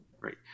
Right